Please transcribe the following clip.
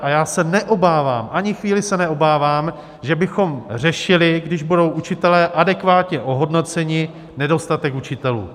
A já se neobávám, ani chvíli se neobávám, že bychom řešili, když budou učitelé adekvátně ohodnoceni, nedostatek učitelů.